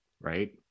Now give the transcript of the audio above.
right